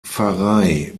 pfarrei